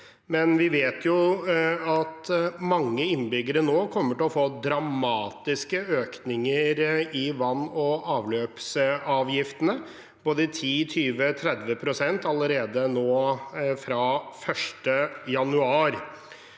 Vi vet at mange innbyggere nå kommer til å få dramatiske økninger i vann- og avløpsutgiftene, både 10, 20 og 30 pst., allerede fra 1. januar.